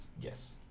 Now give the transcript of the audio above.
yes